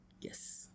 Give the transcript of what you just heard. yes